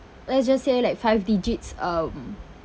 let's just say like five digits um